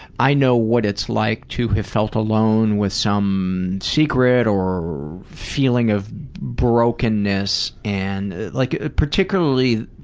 i know what it's like to have felt alone with some secret or feeling of brokenness and like, particularly